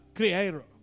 creator